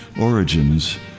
origins